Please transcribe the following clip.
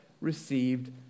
received